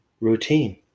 routine